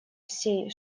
всей